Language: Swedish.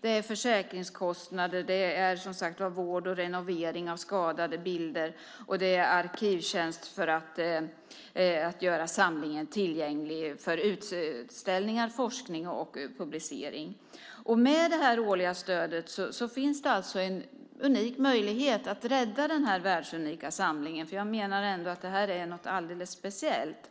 Det handlar om försäkringskostnader, vård och renovering av skadade bilder samt om arkivtjänst för att göra samlingen tillgänglig för utställningar, forskning och publicering. Med det årliga stödet finns det alltså en unik möjlighet att rädda den världsunika samlingen, för jag menar att det är något alldeles speciellt.